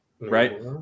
right